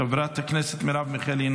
חברת הכנסת מרב מיכאלי,